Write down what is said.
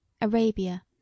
Arabia